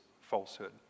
falsehood